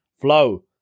flow